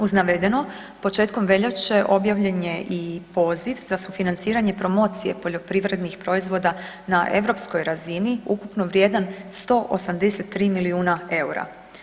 Uz navedeno početkom veljače objavljen je i poziv za sufinanciranje promocije poljoprivrednih proizvoda na europskoj razini, ukupno vrijedan 183 milijuna eura.